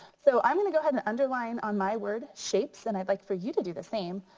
so i'm going to go ahead and underline on my word shapes and i'd like for you to do the same.